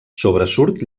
sobresurt